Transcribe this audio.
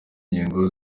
ngendo